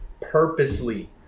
purposely